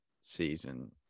season